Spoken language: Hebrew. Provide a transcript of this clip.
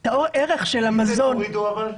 אנחנו?